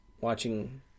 Watching